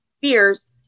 fears